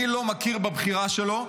אני לא מכיר בבחירה שלו,